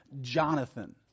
Jonathan